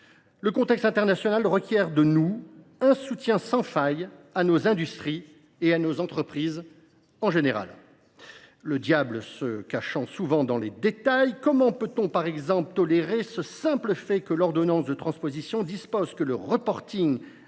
Le contexte international requiert de nous un soutien sans faille à nos industries et à nos entreprises en général. Le diable se cachant souvent dans les détails, comment tolérer, par exemple, ce simple fait : l’ordonnance de transposition dispose que le